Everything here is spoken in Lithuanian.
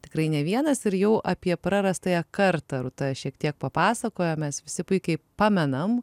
tikrai ne vienas ir jau apie prarastąją kartą rūta šiek tiek papasakojo mes visi puikiai pamenam